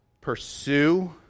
pursue